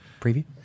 preview